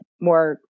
more